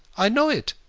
i know it.